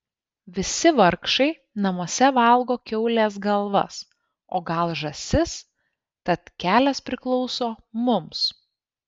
visi vargšai namuose valgo kiaulės galvas o gal žąsis tad kelias priklauso mums